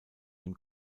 dem